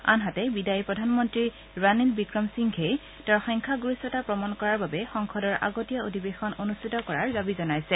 আনহাতে বিদায়ী প্ৰধানমন্ত্ৰী ৰাণীল বিক্ৰম সিংঘেয়ে তেওঁৰ সংখ্যাগৰিষ্ঠতা প্ৰমাণ কৰাৰ বাবে সংসদৰ আগতীয়া অধিৱেশন অনুষ্ঠিত কৰাৰ দাবী জনাইছে